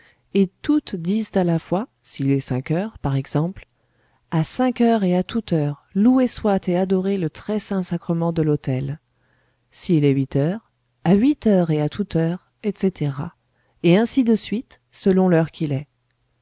et toutes disent à la fois s'il est cinq heures par exemple à cinq heures et à toute heure loué soit et adoré le très saint-sacrement de l'autel s'il est huit heures à huit heures et à toute heure etc et ainsi de suite selon l'heure qu'il est